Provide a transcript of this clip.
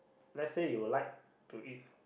let's say you would like to eat